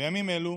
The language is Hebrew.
בימים אלו,